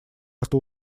рту